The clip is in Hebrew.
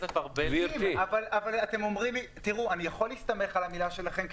אני יכול להסתמך על המילה שלכם,